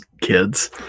kids